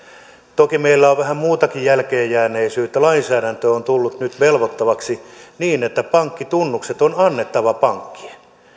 toki meillä on vähän muutakin jälkeenjääneisyyttä lainsäädäntö on tullut nyt velvoittavaksi niin että pankkien on annettava pankkitunnukset